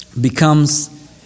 becomes